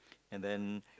and then